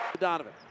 Donovan